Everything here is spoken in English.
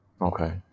Okay